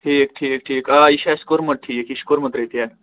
ٹھیٖک ٹھیٖک ٹھیٖک آ یہِ چھِ اَسہِ کوٚرمُت ٹھیٖک یہِ چھِ کوٚرمُت رٔپیر